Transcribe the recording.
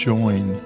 Join